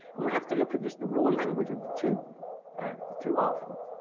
and we have to look at just the raw language of the two the two art forms.